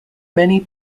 many